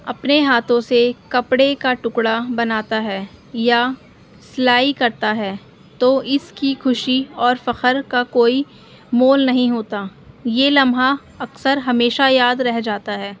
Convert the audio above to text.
اپنے ہاتھوں سے کپڑے کا ٹکڑا بناتا ہے یا سلائی کرتا ہے تو اس کی خوشی اور فخر کا کوئی مول نہیں ہوتا یہ لمحہ اکثر ہمیشہ یاد رہ جاتا ہے